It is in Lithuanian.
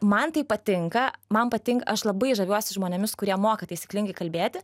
man tai patinka man patinka aš labai žaviuosi žmonėmis kurie moka taisyklingai kalbėti